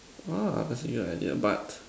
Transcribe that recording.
!wah! that's a new idea but